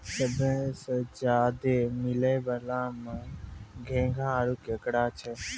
सबसें ज्यादे मिलै वला में घोंघा आरो केकड़ा छै